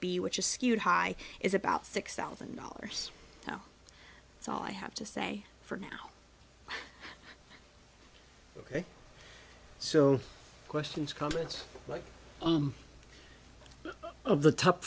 b which is skewed high is about six thousand dollars that's all i have to say for now ok so questions comments like of the top